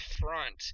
front